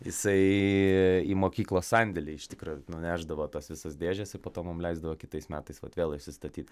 jisai į mokyklos sandėlį iš tikro nunešdavo tas visas dėžes ir po to mum leisdavo kitais metais vėl išsistatyt